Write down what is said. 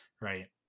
right